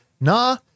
nah